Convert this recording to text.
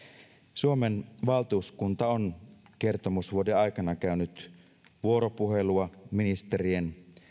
suomen valtuuskunta on kertomusvuoden aikana käynyt vuoropuhelua ministerien